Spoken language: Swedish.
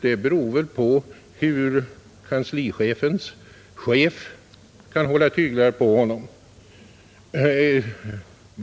Det beror väl på hur kanslichefens chef kan hålla tyglar på honom.